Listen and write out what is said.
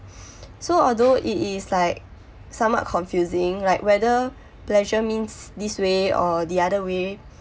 so although it is like somewhat confusing like whether pleasure means this way or the other way